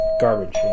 Garbage